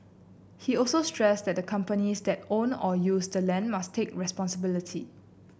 he also stressed that companies that own or use the land must take responsibility